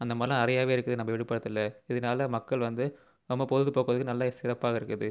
அந்த மாதிரிலாம் நிறையவே இருக்குது நம்ம விழுப்புரத்தில் இதனால மக்கள் வந்து ரொம்ப பொழுதுபோக்குறதுக்கு நல்ல சிறப்பாக இருக்குது